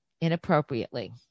inappropriately